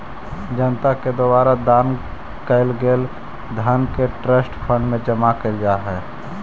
जनता के द्वारा दान कैल गेल धन के ट्रस्ट फंड में जमा कैल जा हई